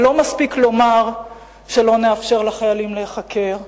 ולא מספיק לומר שלא נאפשר לחיילים להיחקר,